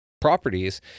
properties